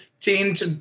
change